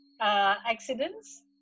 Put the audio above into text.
accidents